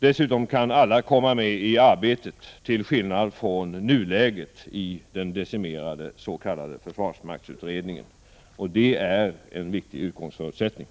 Dessutom kan alla komma med i arbetet, till skillnad från vad som gäller i den decimerade s.k. försvarsmaktsutredningen, och det är en viktig utgångspunkt.